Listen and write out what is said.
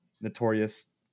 notorious